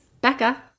Becca